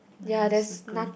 mine have circle